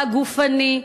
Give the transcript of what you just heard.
הגופני,